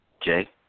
Jay